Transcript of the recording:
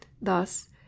Thus